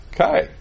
Okay